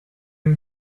une